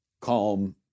calm